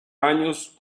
años